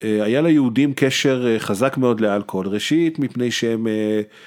היה ליהודים קשר חזק מאוד לאלכוהול ראשית מפני שהם.